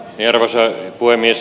arvoisa puhemies